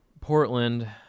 Portland